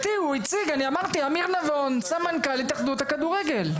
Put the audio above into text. אמיר נבון, סמנכ"ל התאחדות הכדורגל.